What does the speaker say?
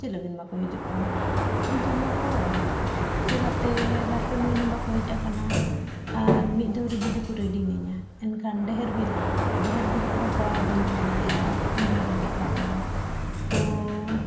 ᱪᱮᱫ ᱞᱟᱹᱜᱤᱫ ᱵᱟᱠᱚ ᱦᱤᱡᱩᱜ ᱠᱟᱱᱟ ᱦᱤᱡᱩᱜ ᱢᱟ ᱠᱚ ᱪᱮᱠᱟᱛᱮ ᱵᱟᱨᱼᱯᱮ ᱢᱟᱹᱦᱤᱱᱟᱹ ᱵᱟᱠᱚ ᱦᱮᱡ ᱟᱠᱟᱱᱟ ᱟᱨ ᱢᱤᱫ ᱫᱷᱟᱣᱨᱮ ᱡᱩᱫᱤ ᱠᱚ ᱟᱹᱧᱟ ᱮᱱᱠᱷᱟᱱ ᱰᱷᱮᱨ ᱩᱰᱩᱠᱚᱜᱼᱟ ᱰᱷᱮᱨ ᱩᱰᱩᱠᱚᱜᱼᱟ ᱵᱟᱹᱧ ᱮᱢ ᱫᱟᱲᱮᱭᱟᱜᱼᱟ ᱤᱧ ᱢᱟ ᱨᱮᱸᱜᱮᱡ ᱦᱚᱲ ᱠᱟᱹᱱᱟᱹᱧ ᱛᱳᱻ